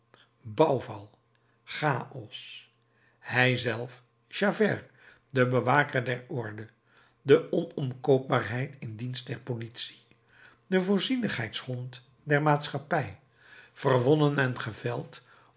bouwval chaos hij zelf javert de bewaker der orde de onomkoopbaarheid in dienst der politie de voorzienigheidshond der maatschappij verwonnen en geveld